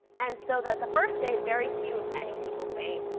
and so that the first day, very few if any people faint.